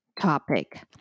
topic